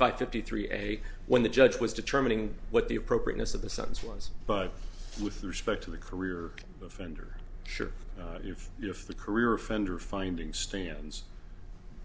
five fifty three a when the judge was determining what the appropriateness of the sentence was but with respect to the career offender sure if if the career offender finding stans